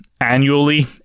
annually